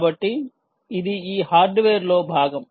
కాబట్టి ఇది ఈ హార్డ్వేర్లో భాగం